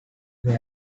they